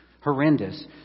horrendous